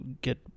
get